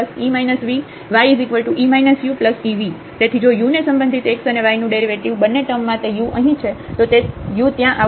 xeue v ye uev તેથી જો u ને સંબંધિત x અને y નું ડેરિવેટિવ બંને ટર્મ માં તે u અહીં છે તો તે u ત્યાં આવશે